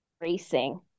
racing